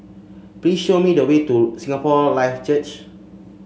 please show me the way to Singapore Life Church